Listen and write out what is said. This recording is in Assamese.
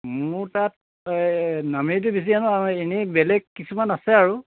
মোৰ তাত নামেৰিটো বেছি আনো আমাৰ এনেই বেলেগ কিছুমান আছে আৰু